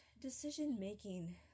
decision-making